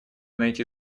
найти